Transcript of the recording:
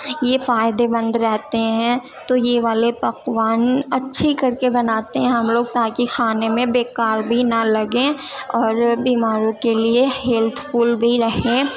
یہ فائدے مند رہتے ہیں تو یہ والے پکوان اچھی کر کے بناتے ہیں ہم لوگ تاکہ کھانے میں بے کار بھی نہ لگیں اور بیماروں کے لیے ہیلتھ فل بھی رہیں